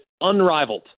unrivaled